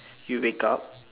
you'll wake up